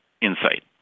insight